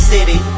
City